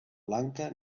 blanca